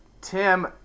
Tim